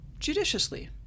Judiciously